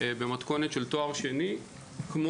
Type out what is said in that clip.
במתכונת של תואר שני כמו